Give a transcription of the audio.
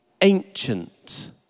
ancient